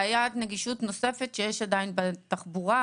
בעיית נגישות נוספת שעדיין יש בתחבורה